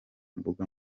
mbuga